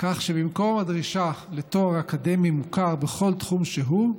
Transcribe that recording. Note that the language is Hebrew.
כך שבמקום הדרישה לתואר אקדמי מוכר בכל תחום שהוא,